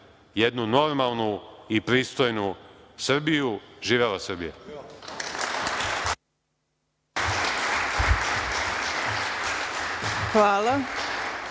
jednu normalnu i pristojnu Srbiju. Živela Srbija!